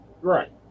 Right